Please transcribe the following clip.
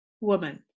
woman